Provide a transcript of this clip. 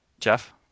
Jeff